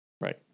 Right